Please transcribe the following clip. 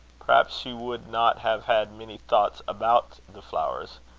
perhaps she would not have had many thoughts about the flowers.